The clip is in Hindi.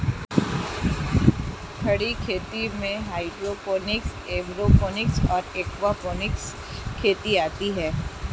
खड़ी खेती में हाइड्रोपोनिक्स, एयरोपोनिक्स और एक्वापोनिक्स खेती आती हैं